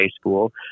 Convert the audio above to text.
school